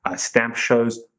ah stamp shows,